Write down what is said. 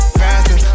faster